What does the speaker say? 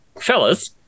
fellas